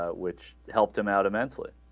but which help them out of insulin